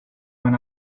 when